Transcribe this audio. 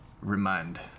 Remind